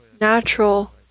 natural